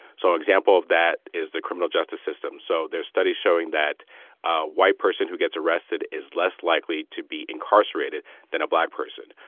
so an example of that is the criminal justice system. so there's studies showing that a white person who gets arrested is less likely to be incarcerated than a black person.